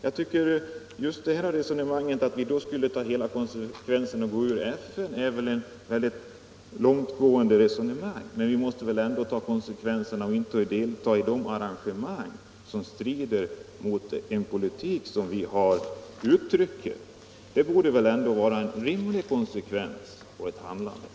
Jag tycker att resonemanget, att vi då borde ta konsekvenserna av detta genom att utträda ur FN, är ett långtgående resonemang. Men vi måste väl ändå ta de konsekvenserna, att vi inte deltar i arrangemang som strider mot den politik vi uttrycker — det borde väl vara en rimlig konsekvens och ett rimligt handlande.